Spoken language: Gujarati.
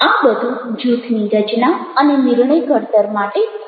આ બધું જૂથની રચના અને નિર્ણય ઘડતર માટે ખૂબ ખૂબ મહત્ત્વનું છે